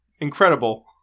incredible